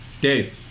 Dave